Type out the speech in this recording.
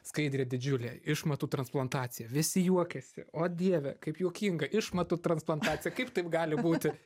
skaidrė didžiulė išmatų transplantacija visi juokiasi o dieve kaip juokinga išmatų transplantacija kaip taip gali būti